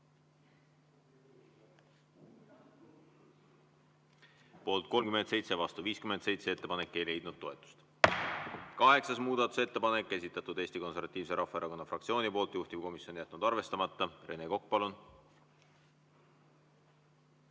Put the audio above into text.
Poolt 37, vastu 57. Ettepanek ei leidnud toetust. Kaheksas muudatusettepanek, esitatud Eesti Konservatiivse Rahvaerakonna fraktsiooni poolt. Juhtivkomisjon on jätnud arvestamata. Rene Kokk, palun!